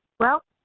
well,